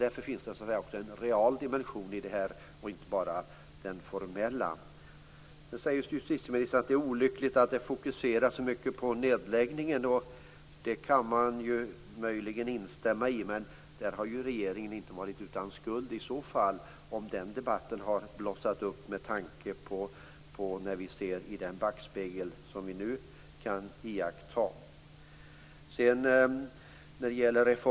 Därför finns det också en real dimension i detta och inte bara en formell. Sedan säger justitieministern att det är olyckligt att det fokuseras så mycket på nedläggningen. Det kan man möjligen instämma i. Men om man tittar i backspegeln kan man se att regeringen inte har varit utan skuld till att den debatten har blossat upp.